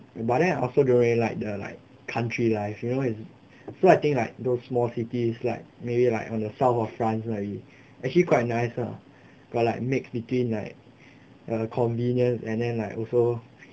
but then I also don't really like the like country life you know what is so I think like those small city like maybe like on the south of france where you actually quite nice lah got like mix between like err convenient and then like also